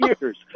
years